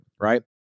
right